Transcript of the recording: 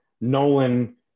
Nolan